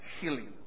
healing